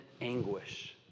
anguish